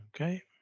Okay